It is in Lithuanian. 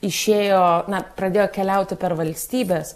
išėjo na pradėjo keliauti per valstybes